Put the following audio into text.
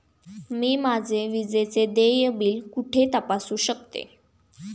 मी माझे विजेचे देय बिल कुठे तपासू शकते?